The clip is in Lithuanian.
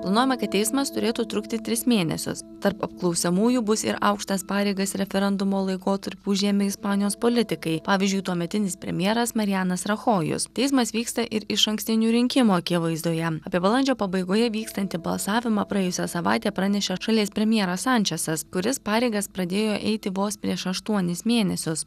planuojama kad teismas turėtų trukti tris mėnesius tarp apklausiamųjų bus ir aukštas pareigas referendumo laikotarpiu užėmė ispanijos politikai pavyzdžiui tuometinis premjeras marijanas rachojus teismas vyksta ir išankstinių rinkimų akivaizdoje apie balandžio pabaigoje vykstantį balsavimą praėjusią savaitę pranešė šalies premjeras sančesas kuris pareigas pradėjo eiti vos prieš aštuonis mėnesius